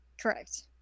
Correct